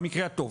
במקרה הטוב.